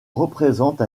représente